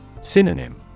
Synonym